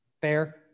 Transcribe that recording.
Fair